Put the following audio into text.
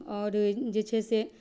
आओर जे छै से